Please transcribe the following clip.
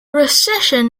recession